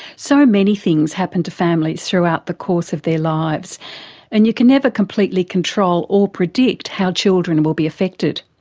so many things happen to families throughout the course of their lives and you can never completely control or predict how children will be affected.